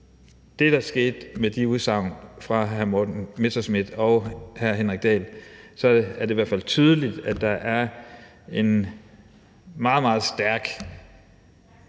det, der skete med de udsagn fra hr. Morten Messerschmidt og hr. Henrik Dahl, er det i hvert fald tydeligt, at der er en meget, meget stærk